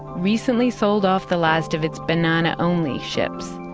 recently sold off the last of its banana-only ships.